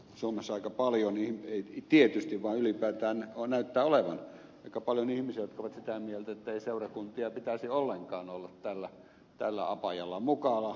suomessa aika paljon ei tietysti voi ylipäätään on näyttää olevan aika paljon ihmisiä jotka ovat sitä mieltä että ei seurakuntien pitäisi ollenkaan olla tällä apajalla mukana